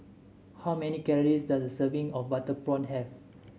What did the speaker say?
how many calories does a serving of Butter Prawn have